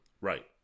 right